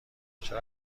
چرا